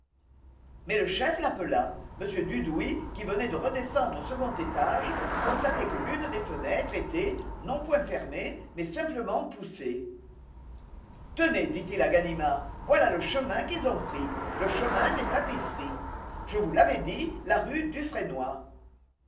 mais le chef l'appela m dudouis qui venait de redescendre au second étage constatait que l'une des fenêtres était non point fermée mais simplement poussée tenez dit-il à ganimard voilà le chemin qu'ils ont pris le chemin des tapisseries je vous l'avais dit la rue dufrénoy